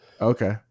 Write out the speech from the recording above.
okay